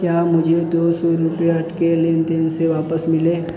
क्या मुझे दो सौ रुपये अटके लेन देन से वापस मिले